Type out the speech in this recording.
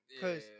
Cause